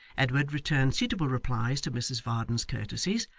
edward returned suitable replies to mrs varden's courtesies,